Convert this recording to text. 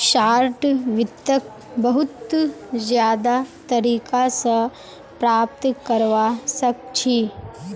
short वित्तक बहुत ज्यादा तरीका स प्राप्त करवा सख छी